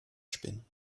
spinnen